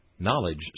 Knowledge